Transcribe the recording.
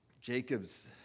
Jacob's